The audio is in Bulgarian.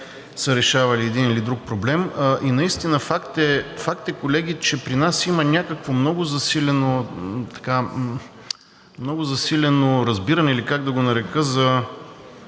са решавали един или друг проблем. И наистина, факт е, колеги, че при нас има някакво много засилено разбиране или как да го нарека за